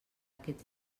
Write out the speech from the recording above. aquest